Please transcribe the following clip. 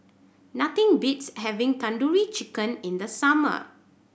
nothing beats having Tandoori Chicken in the summer